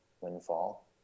windfall